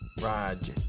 Raj